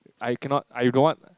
I cannot I don't want